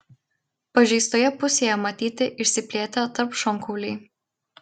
pažeistoje pusėje matyti išsiplėtę tarpšonkauliai